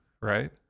Right